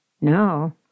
no